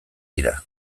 dira